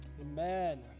Amen